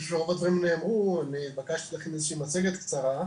פשוט הרה מאוד דברים נאמרו ואני התבקשתי להכין איזו שהיא מצגת קצרה.